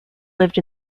lived